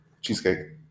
Cheesecake